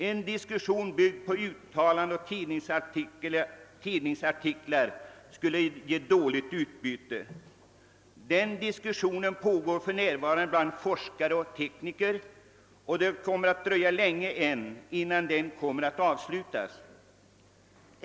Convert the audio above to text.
En debatt byggd på uttalanden och tidningsartiklar skulle ge dåligt utbyte. Diskussion i frågan pågår för närvarande bland forskare och tekniker, och det kommer att dröja länge innan den avslutas.